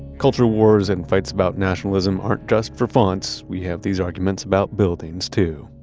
cultural wars and fights about nationalism aren't just for fonts. we have these arguments about buildings too.